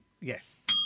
Yes